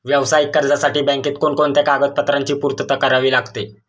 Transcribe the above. व्यावसायिक कर्जासाठी बँकेत कोणकोणत्या कागदपत्रांची पूर्तता करावी लागते?